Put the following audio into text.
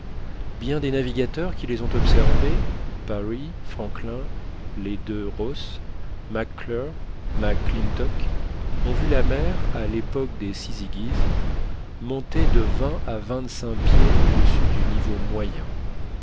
bien des navigateurs qui les ont observées parry franklin les deux ross mac clure mac clintock ont vu la mer à l'époque des syzygies monter de vingt à vingt-cinq pieds au-dessus du niveau moyen